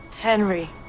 Henry